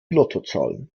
lottozahlen